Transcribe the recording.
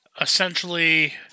essentially